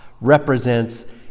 represents